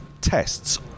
Tests